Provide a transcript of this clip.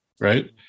right